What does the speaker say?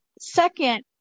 Second